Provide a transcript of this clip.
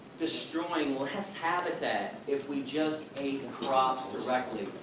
destroying less habitat, if we just ate crops directly.